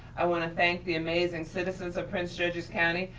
i wanna thank the amazing citizens of prince george's county,